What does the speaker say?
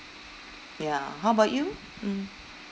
ya how about you mm